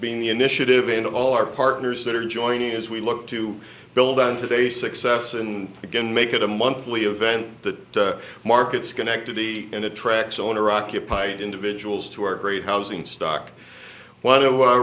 being the initiative and all our partners that are joining as we look to build on today's success and again make it a monthly event that markets connectivity and attracts owner occupied individuals to our great housing stock one of